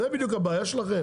זו בדיוק הבעיה שלכם?